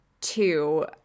two